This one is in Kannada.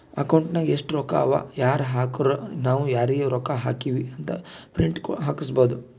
ಅಕೌಂಟ್ ನಾಗ್ ಎಸ್ಟ್ ರೊಕ್ಕಾ ಅವಾ ಯಾರ್ ಹಾಕುರು ನಾವ್ ಯಾರಿಗ ರೊಕ್ಕಾ ಹಾಕಿವಿ ಅಂತ್ ಪ್ರಿಂಟ್ ಹಾಕುಸ್ಕೊಬೋದ